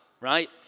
right